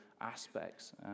aspects